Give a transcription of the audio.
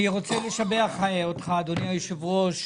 אני רוצה לשבח אותך, אדוני היושב-ראש,